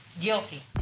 guilty